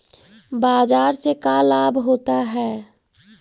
बाजार से का लाभ होता है?